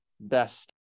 best